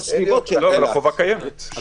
תודה, עופר.